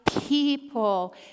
people